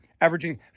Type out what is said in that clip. averaging